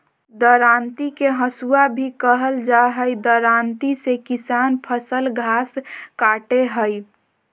दरांती के हसुआ भी कहल जा हई, दरांती से किसान फसल, घास काटय हई